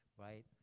right